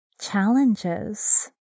challenges